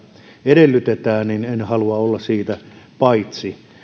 edellytetään niin en halua olla siitä paitsi